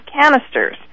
canisters